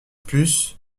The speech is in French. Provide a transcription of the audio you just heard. plus